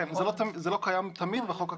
זה לא קיים תמיד בחוק הקיים,